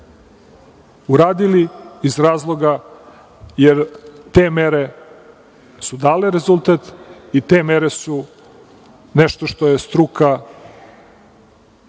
uradili iz razloga jer te mere su dale rezultat i te mere su nešto što je struka